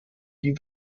die